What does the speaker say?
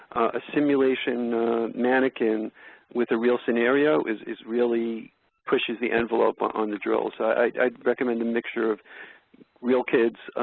a simulation mannequin with a real scenario is is really pushes the envelope ah on the drill side. i'd recommend the mixture of real kids,